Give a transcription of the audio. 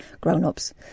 Grown-ups